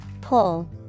Pull